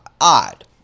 odd